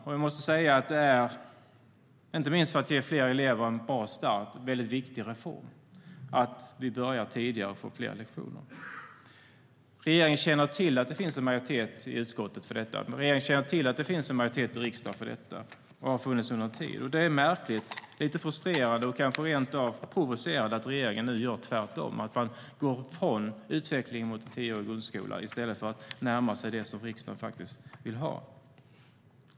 Det är en väldigt viktig reform inte minst för att ge flera elever en bra start att vi börjar tidigare och får fler lektioner. Regeringen känner till att det finns en majoritet i utskottet och i riksdagen för detta och har funnits under en tid. Det är märkligt, lite frustrerande och kanske rentav provocerande att regeringen nu gör tvärtom. Den går från utvecklingen mot en tioårig grundskola i stället för att närma sig det som riksdagen vill ha.